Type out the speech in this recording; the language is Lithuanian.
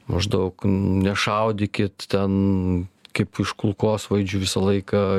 maždaug nešaudykit ten kaip iš kulkosvaidžių visą laiką